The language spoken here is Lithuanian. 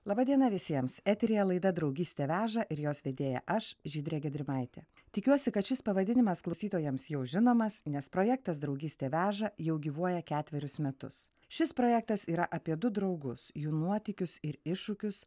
laba diena visiems eteryje laida draugystė veža ir jos vedėja aš žydrė gedrimaitė tikiuosi kad šis pavadinimas klausytojams jau žinomas nes projektas draugystė veža jau gyvuoja ketverius metus šis projektas yra apie du draugus jų nuotykius ir iššūkius